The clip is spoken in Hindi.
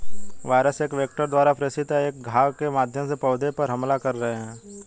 वायरस एक वेक्टर द्वारा प्रेषित या एक घाव के माध्यम से पौधे पर हमला कर रहे हैं